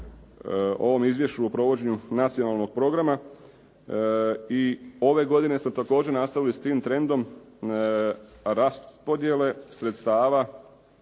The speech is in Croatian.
ovom Izvješću o provođenju Nacionalnog programa. I ove godine smo također nastavili s tim trendom raspodjele sredstava